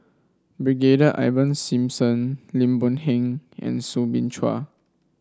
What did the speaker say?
Brigadier Ivan Simson Lim Boon Heng and Soo Bin Chua